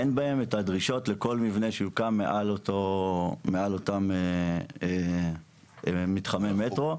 אין בהם את הדרישות לכל מבנה שיוקם מעל אותם מתחמי מטרו.